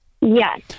Yes